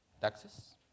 taxes